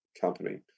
company